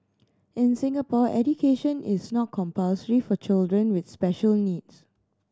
in Singapore education is not compulsory for children with special needs